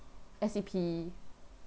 S_E_P